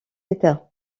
état